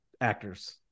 actors